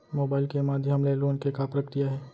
Mobile के माधयम ले लोन के का प्रक्रिया हे?